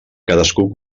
cadascú